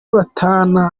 batahana